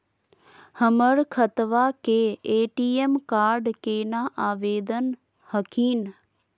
हमर खतवा के ए.टी.एम कार्ड केना आवेदन हखिन?